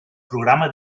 programa